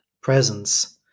presence